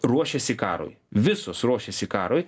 ruošiasi karui visos ruošiasi karui